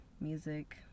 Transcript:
music